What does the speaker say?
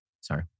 sorry